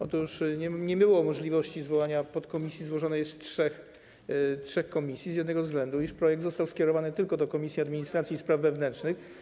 Otóż nie było możliwości zwołania podkomisji złożonej z trzech komisji z jednego względu, takiego, że projekt został skierowany tylko do Komisji Administracji i Spraw Wewnętrznych.